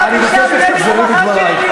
אני מבקש שתחזרי בך מדברייך,